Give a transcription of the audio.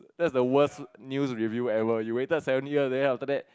that's the worst news reveal ever you waited seventy years then after that